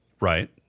Right